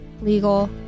legal